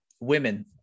women